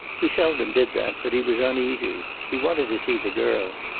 he seldom did that, but he was uneasy. he wanted to see the girl.